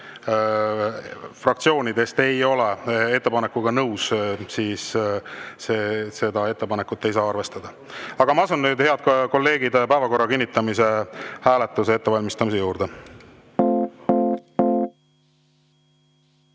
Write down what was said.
fraktsioonidest ei ole ettepanekuga nõus, siis seda ettepanekut ei saa arvestada. Aga ma asun, head kolleegid, päevakorra kinnitamise hääletuse ettevalmistamise juurde.